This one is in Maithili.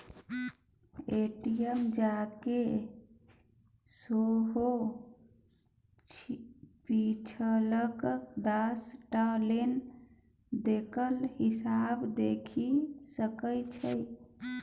ए.टी.एम जाकए सेहो पिछलका दस टा लेन देनक हिसाब देखि सकैत छी